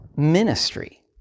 ministry